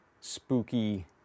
Spooky